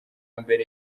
mbere